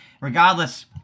Regardless